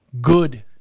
good